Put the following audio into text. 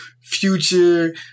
Future